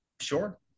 Sure